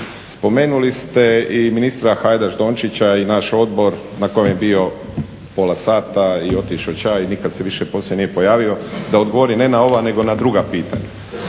Spomenuli ste i ministra Hajdaš-Dončića i naš odbor na kojem je bio pola sata i otišao ča i nikad se više poslije nije pojavio da odgovori ne na ova nego na druga pitanja.